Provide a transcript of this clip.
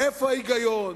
איפה ההיגיון?